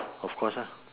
of course lah